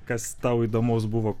kas tau įdomaus buvo